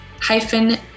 Hyphen